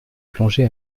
plonger